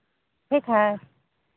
ठीक है